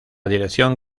dirección